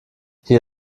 hier